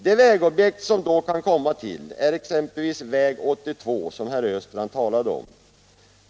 De vägobjekt som då kan komma till är exempelvis väg 82 som herr Östrand talade om.